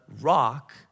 rock